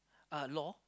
uh law